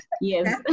Yes